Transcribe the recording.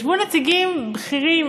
ישבו נציגים בכירים